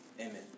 Amen